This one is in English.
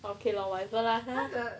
okay lor whatever lah